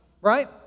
right